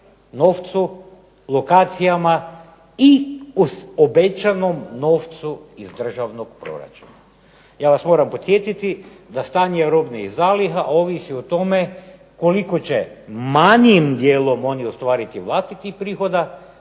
novcu, lokacijama i uz obećanom novcu iz državnog proračuna. Ja vas moram podsjetiti da stanje robnih zaliha ovisi o tome koliko će manjim dijelom oni ostvariti vlastitih prihoda,